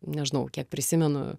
nežinau kiek prisimenu